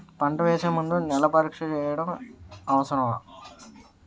పంట వేసే ముందు నేల పరీక్ష చేయటం అవసరమా?